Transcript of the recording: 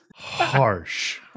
Harsh